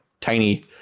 tiny